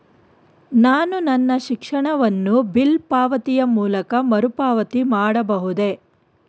ನಾನು ನನ್ನ ಶಿಕ್ಷಣ ಸಾಲವನ್ನು ಬಿಲ್ ಪಾವತಿಯ ಮೂಲಕ ಮರುಪಾವತಿ ಮಾಡಬಹುದೇ?